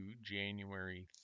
january